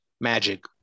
magic